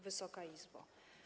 Wysoka Izbo!